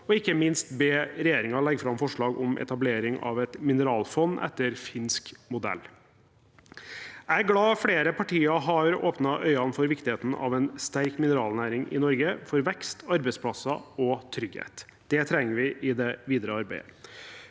og ikke minst be regjeringen legge fram forslag om etablering av et mineralfond etter finsk modell. Jeg er glad flere partier har åpnet øynene for viktigheten av en sterk mineralnæring i Norge, for vekst, arbeidsplasser og trygghet. Det trenger vi i det videre arbeidet.